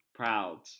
proud